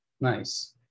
Nice